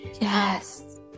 Yes